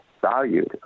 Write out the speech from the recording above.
valued